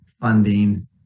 funding